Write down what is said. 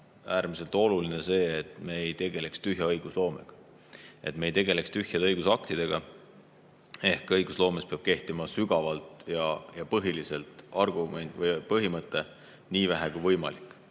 äärmiselt oluline see, et me ei tegeleks tühja õigusloomega, et me ei tegeleks tühjade õigusaktidega. Ehk õigusloomes peab kehtima sügavalt ja põhiliselt põhimõte "nii vähe kui võimalik".